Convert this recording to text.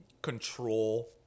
control